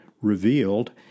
revealed